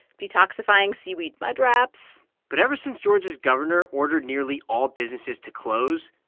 detoxifying seaweed mud wraps but ever since georgia's governor ordered nearly all businesses to close,